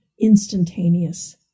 instantaneous